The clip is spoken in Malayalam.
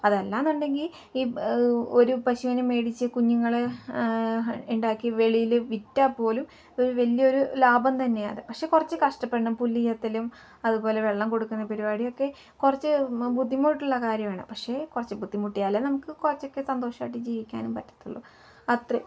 അതല്ലയെന്നുണ്ടെങ്കിൽ ഈ ഒരു പശുവിനെ മേടിച്ച് കുഞ്ഞുങ്ങൾ ഉണ്ടാക്കി വെളിയിൽ വിറ്റാൽ പോലും ഒരു വലിയൊരു ലാഭം തന്നെയാണ് പക്ഷെ കുറച്ചു കഷ്ടപ്പെടണം പുല്ലു ചെത്തലും അതു പോലെ വെള്ളം കൊടുക്കുന്ന പരിപാടിയൊക്കെ കുറച്ചു ബുദ്ധിമുട്ടുള്ള കാര്യമാണ് പക്ഷെ കുറച്ച് ബുദ്ധിമുട്ടിയാൽ നമുക്ക് കുറച്ചൊക്കെ സന്തോഷമായിട്ട് ജീവിക്കാനും പറ്റത്തുള്ളൂ അത്രയേ